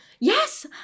Yes